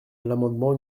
l’amendement